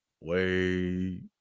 Wait